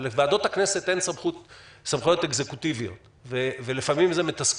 ולוועדות הכנסת אין סמכויות אקזקוטיביות ולפעמים זה מתסכל.